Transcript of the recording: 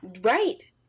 right